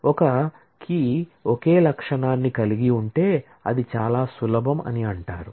ఒక కీ ఒకే లక్షణాన్ని కలిగి ఉంటే అది చాలా సులభం అని అంటారు